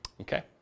Okay